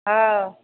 आँ